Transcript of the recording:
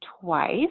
twice